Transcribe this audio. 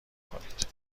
کنید